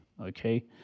okay